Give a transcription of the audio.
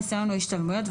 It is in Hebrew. ניסיון או השתלמויות,